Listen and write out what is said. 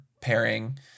pairing